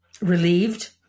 Relieved